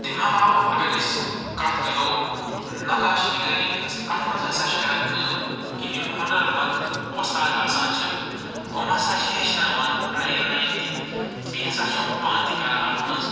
اَمہِ علاوٕ اَگر أسۍ کَتھ کرو نَقاش نِگٲری ہنٛز اَتھ منٛز ہسا چھِ کران کٲم یِم یِم ہُنرمَنٛد وۄستاد آسان چھِ یِم ہسا چھِ ہیٚچھناوان نَیَن نَیَن تہِ بیٚیہِ ہسا چھِ یِم پانہٕ تہِ کران اَتھ منٛز